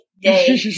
day